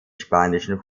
spanischen